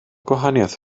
gwahaniaeth